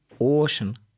Ocean